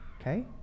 okay